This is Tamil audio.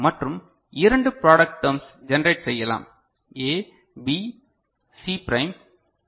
மற்றும் இரண்டு ப்ராடெக்ட் டெர்ம்ஸ் ஜெனரேட் செய்யலாம் ஏ பி சி பிரைம் போல